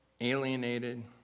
alienated